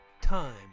Time